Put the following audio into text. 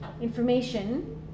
information